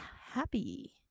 happy